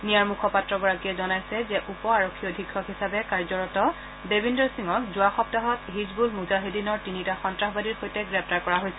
নিয়াৰ মুখপাত্ৰ গৰাকীয়ে জনাইছে যে উপ আৰক্ষী অধীক্ষক হিচাপে কাৰ্যৰত দেবিন্দৰ সিঙক যোৱা সপ্তাহত হিজবুল মুজাহিদীনৰ তিনিটা সন্তাসবাদীৰ সৈতে গ্ৰেপ্তাৰ কৰা হৈছিল